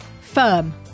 Firm